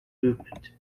movement